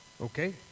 Okay